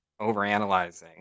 overanalyzing